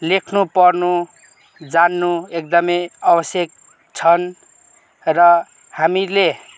लेख्नु पढ्नु जान्नु एकदमै आवश्यक छन् र हामीले